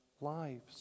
lives